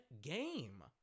game